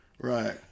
Right